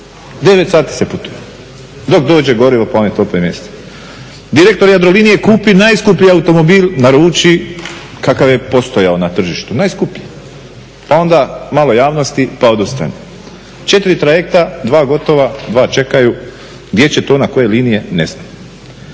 9 sati se putuje dok dođe gorivo pa oni to premjeste. Direktor Jadrolinije kupi najskuplji automobil, naruči kakav je postojao na tržištu, najskuplji. Pa onda malo javnosti pa odustane. 4 trajekta, 2 gotova, 2 čekaju. Gdje će to na koje linije? Ne znam.